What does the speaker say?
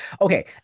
Okay